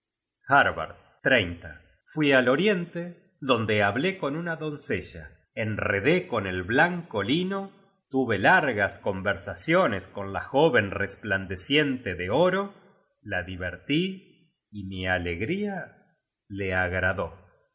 at harbard fui al oriente donde hablé con una doncella enredé con el blanco lino tuve largas conversaciones con la jóven resplandeciente de oro la divertí y mi alegría la agradó y